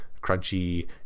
crunchy